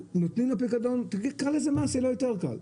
נותנים לו פיקדון תקרא לזה מס ויהיה לו יותר קל,